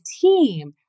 team